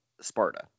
Sparta